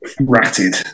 Ratted